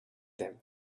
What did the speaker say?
them